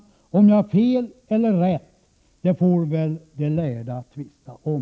Huruvida jag har fel eller rätt får väl de lärde tvista om.